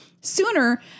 sooner